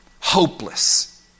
Hopeless